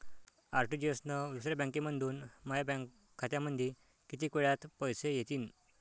RTGS न दुसऱ्या बँकेमंधून माया बँक खात्यामंधी कितीक वेळातं पैसे येतीनं?